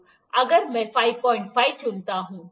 अगर मैं 55 चुनता हूं ठीक है